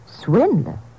Swindler